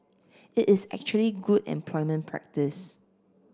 it is actually good employment practice